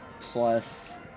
plus